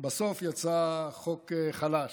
בסוף יצא חוק חלש.